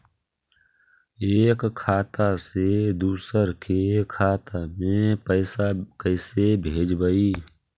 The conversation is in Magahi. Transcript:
एक खाता से दुसर के खाता में पैसा कैसे भेजबइ?